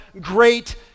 great